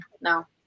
no